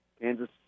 Kansas